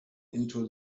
into